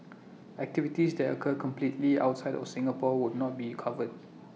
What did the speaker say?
activities that occur completely outside of Singapore would not be covered